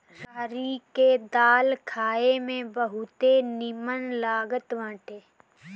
रहरी के दाल खाए में बहुते निमन लागत बाटे